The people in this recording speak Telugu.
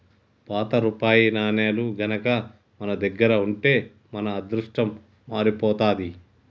పాత రూపాయి నాణేలు గనక మన దగ్గర ఉంటే మన అదృష్టం మారిపోతాది